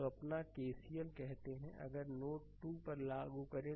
तो यह अपना जिसे केसीएल कहते हैं अगर नोड 2 पर लागू करें